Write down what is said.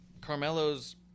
Carmelo's